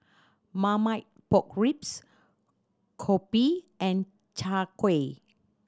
Marmite Pork Ribs kopi and Chai Kuih